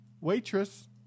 waitress